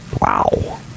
Wow